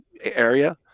area